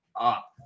up